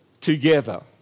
together